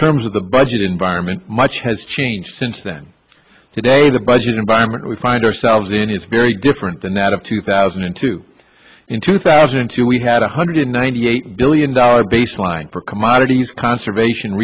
terms of the budget environment much has changed since then today the budget environment we find ourselves in is very different than that of two thousand and two in two thousand and two we had one hundred ninety eight billion dollars baseline for commodities conservation